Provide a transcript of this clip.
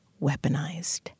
weaponized